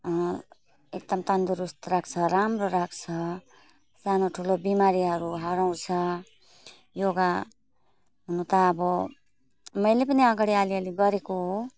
एकदम तन्दुरुस्त राख्छ राम्रो राख्छ सानोठुलो बिमारीहरू हराउँछ योगा हुन त अब मैले पनि अगाडि अलिअलि गरेको हो